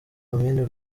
komini